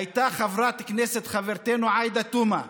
בחברת כנסת חברתנו עאידה תומא,